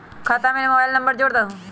खाता में mobile number जोड़ दहु?